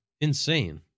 Insane